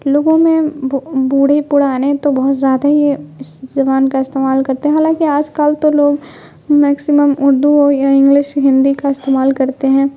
لوگوں میں بوڑھے پڑانے تو بہت زیادہ ہی اس زبان کا استعمال کرتے ہیں حالانکہ آج کل تو لوگ میکسیمم اردو ہو یا انگلش ہندی کا استعمال کرتے ہیں